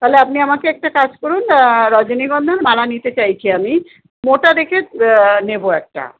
তাহলে আপনি আমাকে একটা কাজ করুন রজনীগন্ধার মালা নিতে চাইছি আমি মোটা দেখে নেবো একটা